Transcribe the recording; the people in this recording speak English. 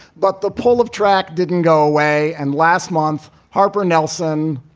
but the pull of track didn't go away. and last month, harper nelson,